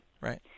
Right